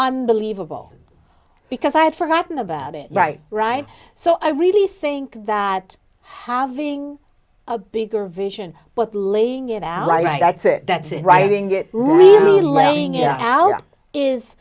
on believable because i'd forgotten about it right right so i really think that having a bigger vision but laying it out right that's it that's it writing it really laying it out is